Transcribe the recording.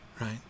right